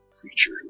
creature